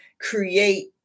create